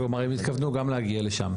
כלומר, הם התכוונו גם להגיע לשם.